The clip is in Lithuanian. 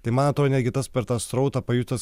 tai man atrodo netgi tas per tą srautą pajutęs